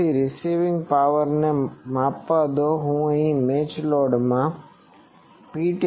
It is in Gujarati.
તેથી રીસીવ્ડ પાવરને માપવા દો હું તેને મેચિંગ લોડમાં Ptest કહી શકું